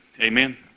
Amen